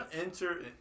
enter